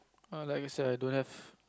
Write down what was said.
err like you said I don't have